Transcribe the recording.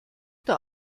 der